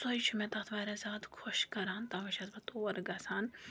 سۄے چھِ مےٚ تَتھ واریاہ زیادٕ خۄش کَران تَوَے چھَس بہٕ تور گَژھان